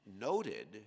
noted